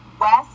west